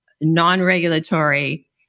non-regulatory